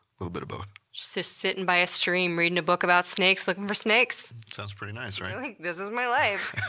little bit of both. just sittin' by a stream reading a book about snakes, lookin' for snakes. sounds pretty nice, right? like, this is my life.